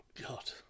God